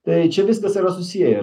tai čia viskas yra susiję